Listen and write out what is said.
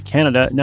Canada